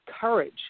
courage